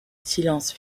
silence